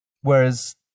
Whereas